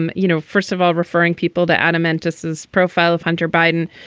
and you know first of all referring people to adamant distance profile of hunter biden.